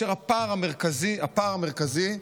הפער המרכזי,